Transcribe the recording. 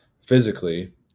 physically